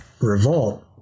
revolt